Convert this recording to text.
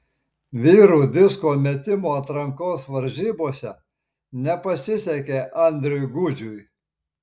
vyrų disko metimo atrankos varžybose nepasisekė andriui gudžiui